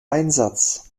einsatz